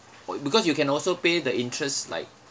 o~ because you can also pay the interest like